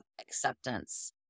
acceptance